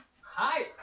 Hi